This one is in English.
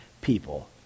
people